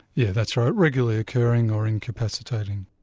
yeah that's right, regularly occurring or incapacitating.